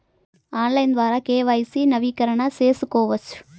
Online ద్వారా KYC నవీకరణ సేసుకోవచ్చా?